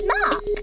Mark